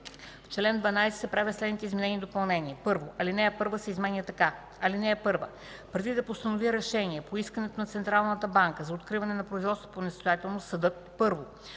В чл. 12 се правят следните изменения и допълнения: 1. Алинея 1 се изменя така: „(1) Преди да постанови решение по искането на Централната банка за откриване на производство по несъстоятелност, съдът: 1.